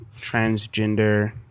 transgender